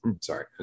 sorry